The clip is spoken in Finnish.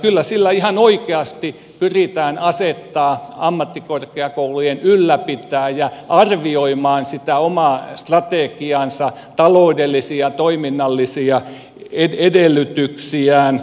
kyllä sillä ihan oikeasti pyritään asettamaan ammattikorkeakoulujen ylläpitäjä arvioimaan sitä omaa strategiaansa taloudellisia ja toiminnallisia edellytyksiään